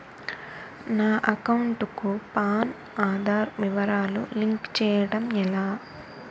నా అకౌంట్ కు పాన్, ఆధార్ వివరాలు లింక్ చేయటం ఎలా?